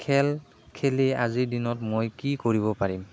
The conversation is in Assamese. খেল খেলি আজিৰ দিনত মই কি কৰিব পাৰিম